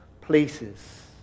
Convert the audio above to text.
places